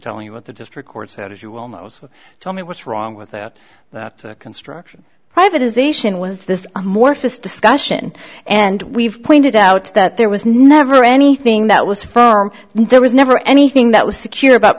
telling you what the just record set is you almost tell me what's wrong with that construction privatisation was this amorphous discussion and we've pointed out that there was never anything that was firm there was never anything that was secure about